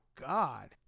God